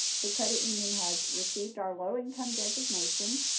the credit union has received our low-income designation,